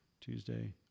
tuesday